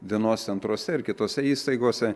dienos centruose ir kitose įstaigose